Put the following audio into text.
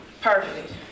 Perfect